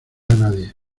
nadie